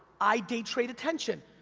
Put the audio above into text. i day trade attention.